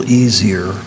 easier